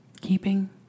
keeping